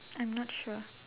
I'm not sure